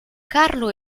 carlo